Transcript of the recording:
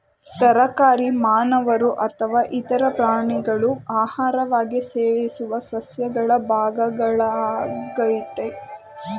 ತರಕಾರಿಗಳು ಮಾನವರು ಅಥವಾ ಇತರ ಪ್ರಾಣಿಗಳು ಆಹಾರವಾಗಿ ಸೇವಿಸುವ ಸಸ್ಯಗಳ ಭಾಗಗಳಾಗಯ್ತೆ